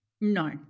No